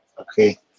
Okay